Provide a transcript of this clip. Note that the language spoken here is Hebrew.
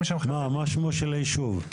מטעמי טבע,